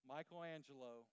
Michelangelo